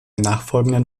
nachfolgenden